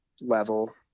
level